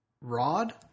Rod